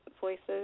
voices